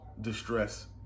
distress